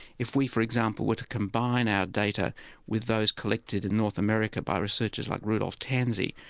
if we, for example, were to combine our data with those collected in north america by researchers like rudolph tanzi,